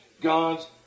God's